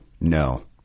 no